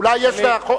אולי זה חוק-יסוד,